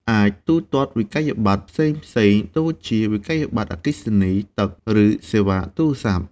អាចទូទាត់វិក្កយបត្រ ផ្សេងៗដូចជា វិក្កយបត្រអគ្គិសនី ទឹក ឬសេវាទូរស័ព្ទ។